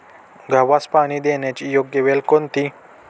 गव्हास पाणी देण्याची योग्य वेळ कोणती?